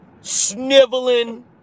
sniveling